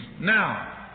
now